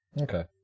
Okay